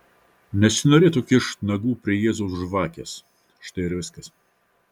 nesinorėtų kišt nagų prie jėzaus žvakės štai ir viskas